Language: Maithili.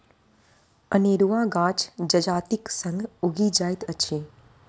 अनेरुआ गाछ जजातिक संग उगि जाइत अछि